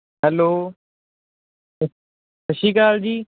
hello ਸਤਿ ਸ਼੍ਰੀ ਅਕਾਲ ਜੀ